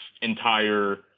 entire